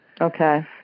Okay